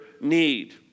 need